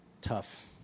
tough